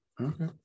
Okay